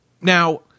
Now